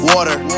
Water